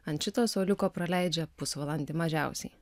ant šito suoliuko praleidžia pusvalandį mažiausiai